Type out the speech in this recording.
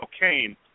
cocaine